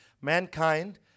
mankind